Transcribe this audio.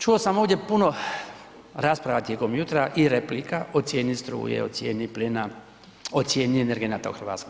Čuo sam ovdje puno rasprava tijekom jutra i replika o cijeni struje, o cijeni plina, o cijeni energenata u Hrvatskoj.